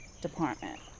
department